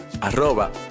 arroba